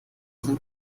sind